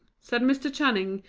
said mr. channing,